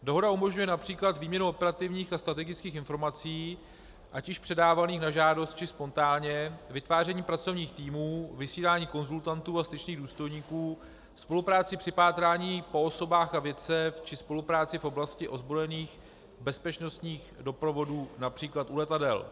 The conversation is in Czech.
Dohoda umožňuje například výměnu operativních a strategických informací, ať již předávaných na žádost, či spontánně, vytváření pracovních týmů, vysílání konzultantů a styčných důstojníků, spolupráci při pátrání po osobách a věcech či spolupráci v oblasti ozbrojených bezpečnostních doprovodů, například u letadel.